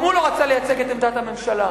גם הוא לא רצה לייצג את עמדת הממשלה,